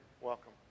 welcome